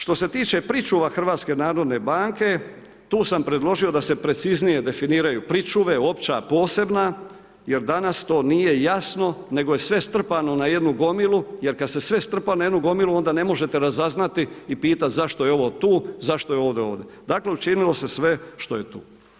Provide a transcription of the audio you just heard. Što se tiče pričuva HNB-a tu sam predložio da se preciznije definiraju pričuve, opća, posebna jer danas to nije jasno nego je sve strpano na jednu gomilu jer kada se sve strpa na jednu gomilu onda ne možete razaznati i pitati zašto je ovo tu zašto je ovo ovdje, dakle učinilo se sve što je tu.